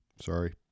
sorry